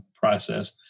process